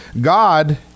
God